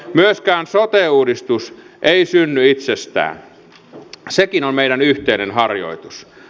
myöskään sote uudistus ei synny itsestään sekin on meidän yhteinen harjoituksemme